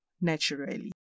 naturally